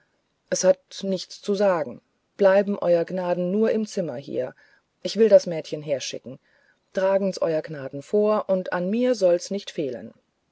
es hat nichts zu sagen bleiben eure gnaden nur im zimmer hier ich will das mädchen herschicken tragen's eure gnaden vor und an mir soll's nicht fehlen